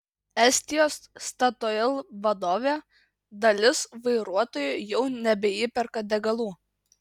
estijos statoil vadovė dalis vairuotojų jau nebeįperka degalų